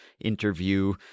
interview